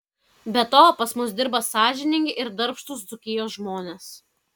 be to pas mus dirba sąžiningi ir darbštūs dzūkijos žmonės